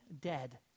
dead